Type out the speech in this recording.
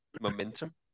momentum